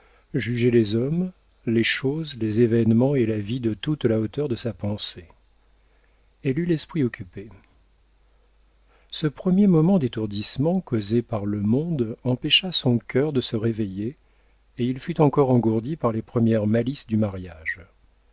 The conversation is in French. jugeait les hommes les choses les événements et la vie de toute la hauteur de sa pensée elle eut l'esprit occupé ce premier moment d'étourdissement causé par le monde empêcha son cœur de se réveiller et il fut encore engourdi par les premières malices du mariage